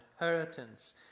inheritance